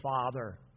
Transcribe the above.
Father